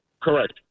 Correct